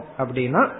abdina